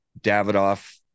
Davidoff